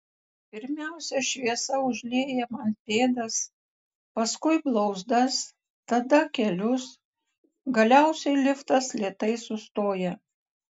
pirmiausia šviesa užlieja man pėdas paskui blauzdas tada kelius galiausiai liftas lėtai sustoja